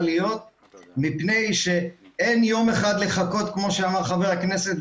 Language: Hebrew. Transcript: אין יום אחד לחכות כמו שאמר חבר הכנסת,